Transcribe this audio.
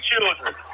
children